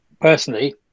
personally